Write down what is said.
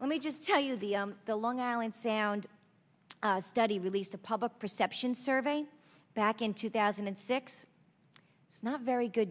let me just tell you the the long island sound study released the public perception survey back in two thousand and six not very good